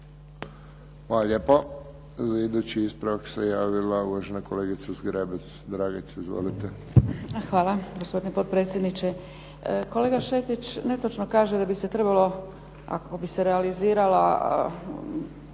Hvala lijepo. Za idući ispravak se javila uvažena kolegica Zgrebec Dragica. Izvolite. **Zgrebec, Dragica (SDP)** Hvala gospodine potpredsjedniče. Kolega Šetić netočno kaže da bi se trebalo ako bi se realizirala